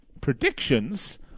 predictions